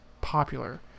popular